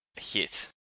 Hit